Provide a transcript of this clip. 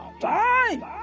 time